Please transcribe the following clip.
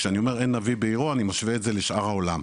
כשאני אומר אין נביא בעירו אני משווה את זה לשאר העולם,